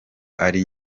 ari